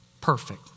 perfect